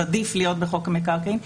אז עדיף להיות בחוק המקרקעין.